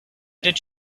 did